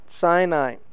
Sinai